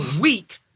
weak